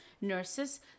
nurses